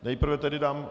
Nejprve tedy dám...